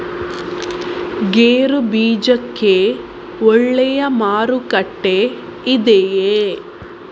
ಗೇರು ಬೀಜಕ್ಕೆ ಒಳ್ಳೆಯ ಮಾರುಕಟ್ಟೆ ಇದೆಯೇ?